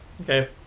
Okay